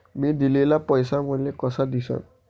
मी दिलेला पैसा मले कसा दिसन?